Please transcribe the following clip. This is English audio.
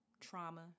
trauma